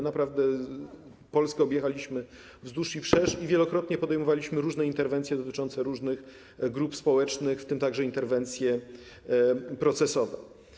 Naprawdę objechaliśmy Polskę wzdłuż i wszerz i wielokrotnie podejmowaliśmy różne interwencje dotyczące różnych grup społecznych, w tym także interwencje procesowe.